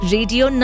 Radio